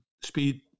Speed